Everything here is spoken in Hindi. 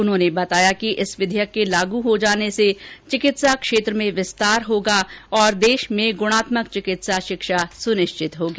उन्होंने बताया कि इस विधेयक के लागू हो जाने से चिकित्सा क्षेत्र में तीव्र विस्तार होगा और देश में गुणात्मक चिकित्सा शिक्षा सुनिश्चित होगी